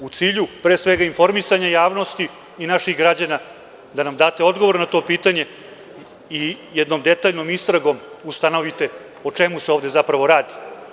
Molim vas, pre svega u cilju informisanja javnosti inaših građana, da nam date odgovor na to pitanje i jednom detaljnom istragom ustanovite o čemu se ovde zapravo radi.